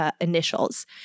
initials